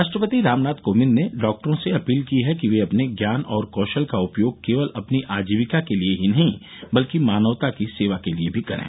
राष्ट्रपति रामनाथ कोविंद ने डॉक्टरों से अपील की है कि वे अपने ज्ञान और कौशल का उपयोग केवल अपनी आजीविका के लिए ही नहीं बल्कि मानवता की सेवा के लिए भी करें